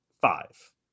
five